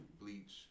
bleach